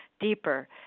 deeper